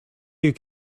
you